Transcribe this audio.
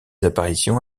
apparitions